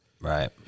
Right